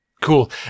Cool